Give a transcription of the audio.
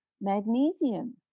magnesium